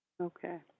Okay